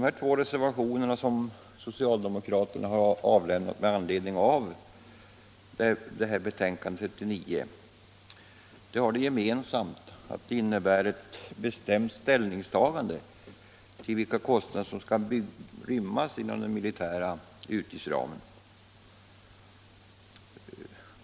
De två reservationer som socialdemokraterna har avgivit till betänkandet nr 39 har det gemensamt att de innebär ett bestämt ställningstagande till vilka kostnader som skall rymmas inom den militära utgiftsramen.